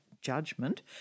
judgment